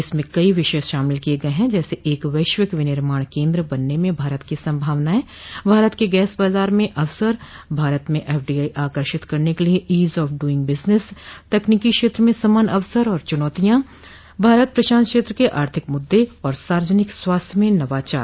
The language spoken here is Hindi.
इसमें कई विषय शामिल किए गए हैं जैसे एक वैश्विक विनिर्माण केन्द्र बनने में भारत की संभावनाएं भारत के गैस बाजार में अवसर भारत में एफडीआई आकर्षित करने के लिए ईज ऑफ डूइंग बिजनेस तकनीकी क्षेत्र में समान अवसर और चुनौतियां भारत प्रशांत क्षेत्र के आर्थिक मुद्दे और सार्वजनिक स्वास्थ्य में नवाचार